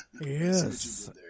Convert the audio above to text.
Yes